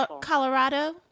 Colorado